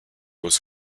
was